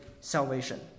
salvation